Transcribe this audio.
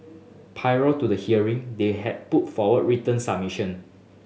prior to the hearing they had put forward written submission